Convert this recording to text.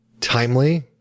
timely